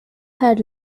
had